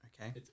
Okay